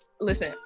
listen